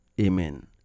Amen